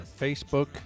Facebook